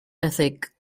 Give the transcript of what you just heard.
ethic